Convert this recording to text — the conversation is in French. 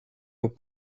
aux